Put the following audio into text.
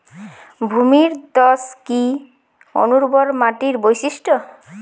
ভূমিধস কি অনুর্বর মাটির বৈশিষ্ট্য?